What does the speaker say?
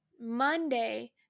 Monday